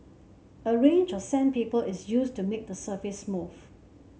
a range of sandpaper is used to make the surface smooth